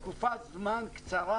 להוריד אותה לתקופת זמן קצרה.